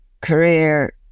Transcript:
career